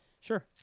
sure